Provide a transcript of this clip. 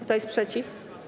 Kto jest przeciw?